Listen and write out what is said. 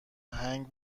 هنگ